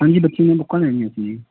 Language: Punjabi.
ਹਾਂਜੀ ਬੱਚੇ ਦੀ ਬੁੱਕਾਂ ਲੈਣੀਆਂ ਸੀ ਜੀ